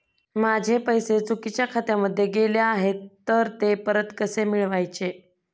माझे पैसे चुकीच्या खात्यामध्ये गेले आहेत तर ते परत कसे मिळवायचे?